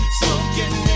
smoking